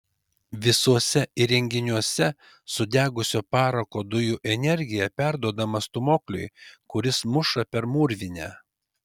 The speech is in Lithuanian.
visuose įrenginiuose sudegusio parako dujų energija perduodama stūmokliui kuris muša per mūrvinę